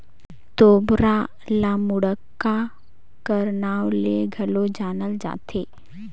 तोबरा ल मुड़क्का कर नाव ले घलो जानल जाथे